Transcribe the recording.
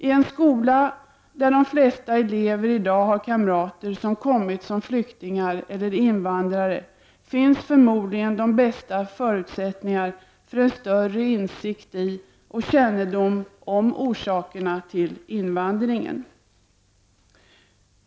I en skola där de flesta elever i dag har kamrater som kommit som flyktingar eller invandrare finns förmodligen de bästa förutsättningarna för en större insikt i och kännedom om orsakerna till invandringen.